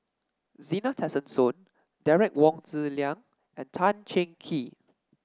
Zena Tessensohn Derek Wong Zi Liang and Tan Cheng Kee